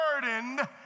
burdened